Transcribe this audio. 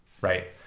right